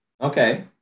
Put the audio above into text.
Okay